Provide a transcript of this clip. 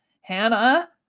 Hannah